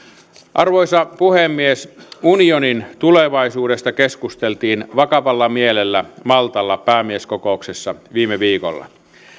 arvoisa puhemies unionin tulevaisuudesta keskusteltiin vakavalla mielellä maltalla päämieskokouksessa viime viikolla